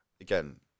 again